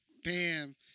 Bam